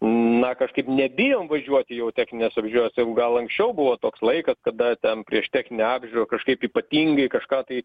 na kažkaip nebijom važiuoti jau techninės apžiūros jau gal anksčiau buvo toks laikas kada ten prieš techninę apžiūrą kažkaip ypatingai kažką tai